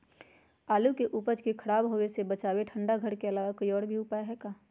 आलू के उपज के खराब होवे से बचाबे ठंडा घर के अलावा कोई और भी उपाय है का?